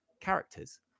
characters